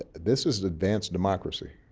this is advanced democracy,